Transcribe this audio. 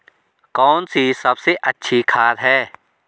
कौन सी सबसे अच्छी खाद है?